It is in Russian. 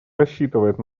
рассчитывает